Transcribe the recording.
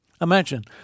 Imagine